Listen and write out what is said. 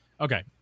Okay